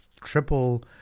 triple